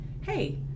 hey